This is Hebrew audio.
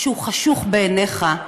שהוא חשוך בעיניך.